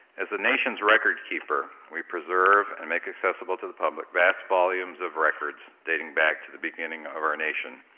as the nation's record keeper, we preserve and make accessible to the public vast volumes of records dating back to the beginning of our nation.